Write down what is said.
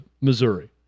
Missouri